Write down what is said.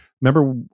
remember